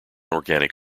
organic